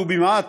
ולו במעט,